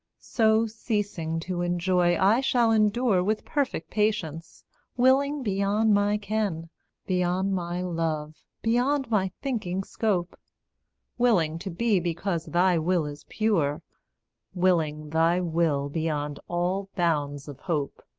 so, ceasing to enjoy, i shall endure with perfect patience willing beyond my ken beyond my love, beyond my thinking scope willing to be because thy will is pure willing thy will beyond all bounds of hope.